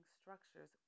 structures